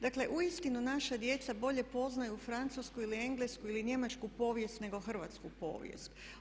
Dakle, uistinu naša djeca bolje poznaju Francusku ili Englesku ili Njemačku povijest nego hrvatsku povijest.